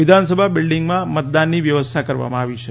વિધાનસભા બિલ્ડિંગમાં મતદાનની વ્યવસ્થા કરવામાં આવી છે